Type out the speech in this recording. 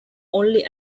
only